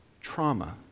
trauma